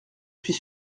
suis